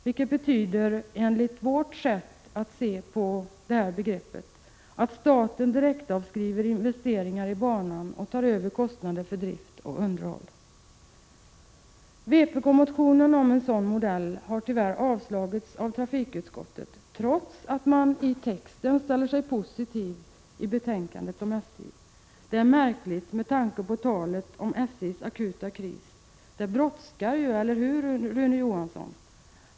Det betyder enligt vårt sätt att se på begreppet att staten direktavskriver investeringar i banan och tar över kostnader för drift och underhåll. Vpk-motionen om en sådan modell har tyvärr avstyrkts av trafikutskottet, trots att man i texten ställer sig positiv till betänkandet om SJ. Det är märkligt med tanke på talet om SJ:s akuta kris. Det brådskar ju, eller hur, Rune Johansson?